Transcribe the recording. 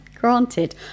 granted